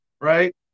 right